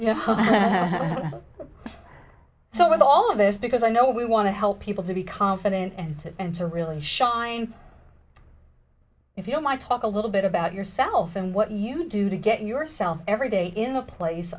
know so with all of this because i know we want to help people to be confident and to and to really shine if you might talk a little bit about yourself and what you do to get yourself every day in a place